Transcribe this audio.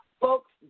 Folks